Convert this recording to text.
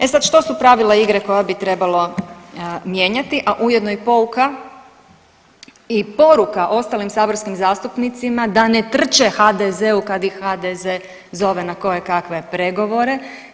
E sad, što su pravila igre koja bi trebalo mijenjati, a ujedno i pouka i poruka ostalim saborskim zastupnicima da ne trče HDZ-u kad ih HDZ zove na kojekakve pregovore.